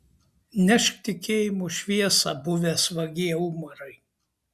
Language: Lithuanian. nešk tikėjimo šviesą buvęs vagie umarai